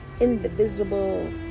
indivisible